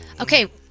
Okay